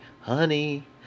honey